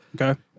Okay